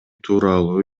тууралуу